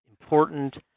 important